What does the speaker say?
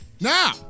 Now